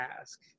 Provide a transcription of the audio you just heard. ask